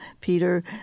Peter